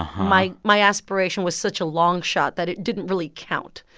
ah my my aspiration was such a long shot that it didn't really count.